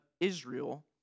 Israel